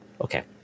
Okay